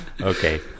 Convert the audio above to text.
Okay